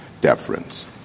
deference